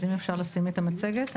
אז אם אפשר להעלות את המצגת.